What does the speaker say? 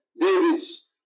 David's